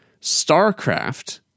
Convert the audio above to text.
Starcraft